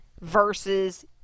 versus